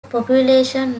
population